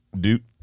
dude